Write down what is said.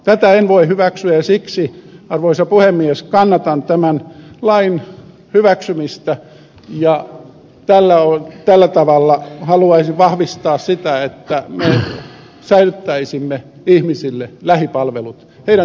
tätä en voi hyväksyä ja siksi arvoisa puhemies kannatan tämän lain hyväksymistä ja tällä tavalla haluaisin vahvistaa sitä että me säilyttäisimme ihmisten lähipalvelut heidän tarpeitaan varten